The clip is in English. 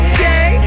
Okay